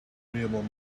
agreeable